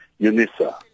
Unisa